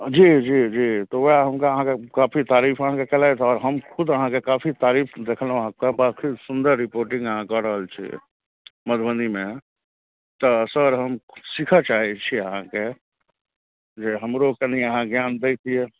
जी जी जी तऽ वएह हुनका हम काफी तारीफ अहाँके कएलथि आओर हम खुद अहाँके काफी तारीफ देखलहुँ अहाँके काफी सुन्दर रिपोर्टिन्ग अहाँ कऽ रहल छी मधुबनीमे तऽ सर हम सिखऽ चाहै छी अहाँके जे हमरो कनि अहाँ ज्ञान देतिए